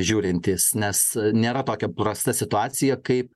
žiūrintys nes nėra tokia prasta situacija kaip